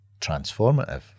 transformative